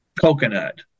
coconut